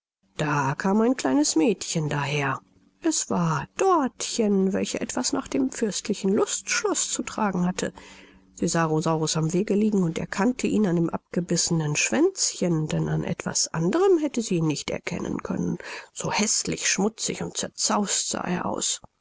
da kam ein kleines mädchen daher es war dortchen welche etwas nach dem fürstlichen lustschloß zu tragen hatte sie sah rosaurus am wege liegen und erkannte ihn an dem abgebissenen schwänzchen denn an etwas anderem hätte sie ihn nicht erkennen können so häßlich schmutzig und zerzaußt sah er aus